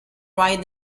right